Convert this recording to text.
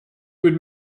would